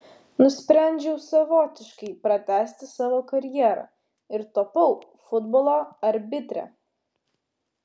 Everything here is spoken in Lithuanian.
nusprendžiau savotiškai pratęsti savo karjerą ir tapau futbolo arbitre